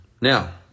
Now